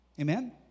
Amen